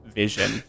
vision